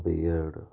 B ed